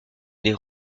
les